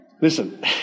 Listen